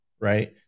right